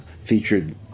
featured